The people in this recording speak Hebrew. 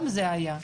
גם זה היה.